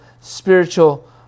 spiritual